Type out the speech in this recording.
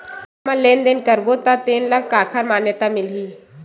हमन लेन देन करबो त तेन ल काखर मान्यता मिलही?